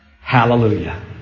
Hallelujah